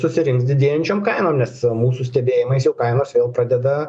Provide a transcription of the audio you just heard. susirinks didėjančiom kainom nes mūsų stebėjimais jau kainos vėl pradeda